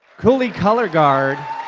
cooley color guard